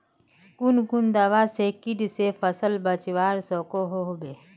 कुन कुन दवा से किट से फसल बचवा सकोहो होबे?